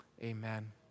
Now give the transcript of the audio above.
Amen